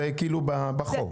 זה כאילו בחוק.